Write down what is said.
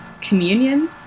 communion